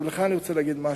לך אני רוצה לומר משהו.